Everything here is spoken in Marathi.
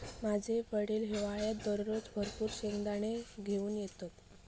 माझे वडील हिवाळ्यात दररोज भरपूर शेंगदाने घेऊन येतत